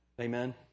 Amen